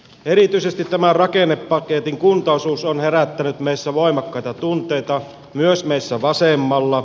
erityisesti tämän rakennepaketin kuntaosuus on herättänyt meissä voimakkaita tunteita myös meissä vasemmalla